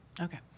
Okay